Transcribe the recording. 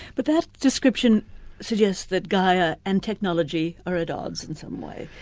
but that description suggests that gaia and technology are at odds in some way,